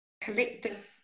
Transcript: collective